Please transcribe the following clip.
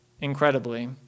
incredibly